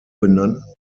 benannten